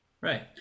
Right